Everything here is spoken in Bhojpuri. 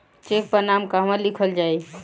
चेक पर नाम कहवा लिखल जाइ?